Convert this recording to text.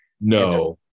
No